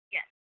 Yes